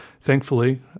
thankfully